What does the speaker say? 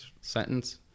sentence